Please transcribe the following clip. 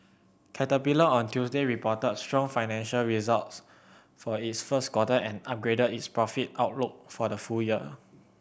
Caterpillar on Tuesday reported strong financial results for its first quarter and upgraded its profit outlook for the full year